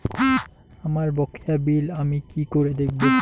আমার বকেয়া বিল আমি কি করে দেখব?